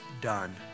done